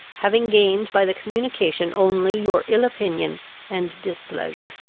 having gained by the communication only your ill opinion and displeasure.